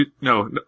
no